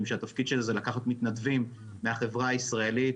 שהתפקיד שלה זה לקחת מתנדבים מהחברה הישראלית,